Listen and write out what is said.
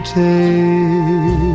take